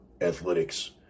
athletics